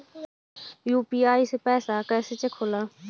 UPI से पैसा कैसे चेक होला?